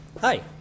Hi